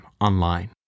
online